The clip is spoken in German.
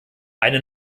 eine